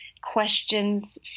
questions